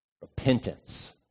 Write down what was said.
repentance